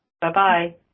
Bye-bye